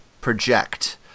project